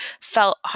felt